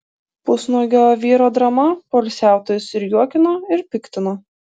pusnuogio vyro drama poilsiautojus ir juokino ir piktino